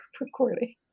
recording